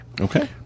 Okay